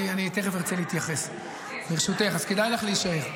תכף ארצה להתייחס, ברשותך, אז כדאי לך להישאר.